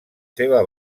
seva